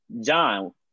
John